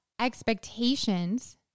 expectations